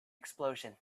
explosion